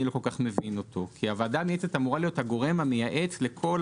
לא כל כך מבין אותו כי הוועדה המייעצת אמורה להיות הגורם המייעץ לכל